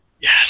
Yes